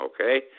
okay